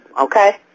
okay